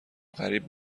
غریب